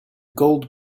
gold